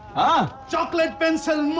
ah chocolate pencils.